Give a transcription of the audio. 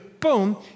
Boom